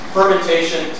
Fermentation